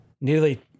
nearly